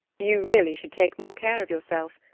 you really should take more care of yourself.